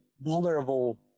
vulnerable